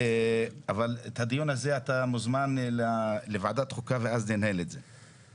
אתה מוזמן לוועדת חוקה ואז ננהל את הדיון הזה.